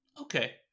okay